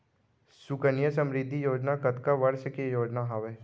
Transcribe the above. सुकन्या समृद्धि योजना कतना वर्ष के योजना हावे?